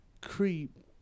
Creep